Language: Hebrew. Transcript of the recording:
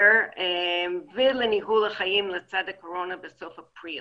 מהסגר ולניהול החיים לצד הקורונה בסוף אפריל.